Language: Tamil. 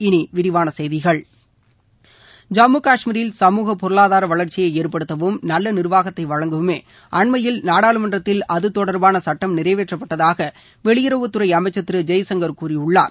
இனி விரிவான செய்திகள் ஜம்மு காஷ்மீரில் சமூக பொருளாதார வளர்ச்சியை ஏற்படுத்தவும் நல்ல நிர்வாகத்தை வழங்கவுமே அண்மையில் நாடாளுமன்றத்தில் அது தொடர்பாள சுட்டம் நிறைவேற்றப்பட்டதாக வெளியுறவுத்துறை அமைச்சர் திரு ஜெயசங்கர் கூறியுள்ளார்